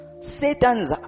Satan's